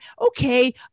Okay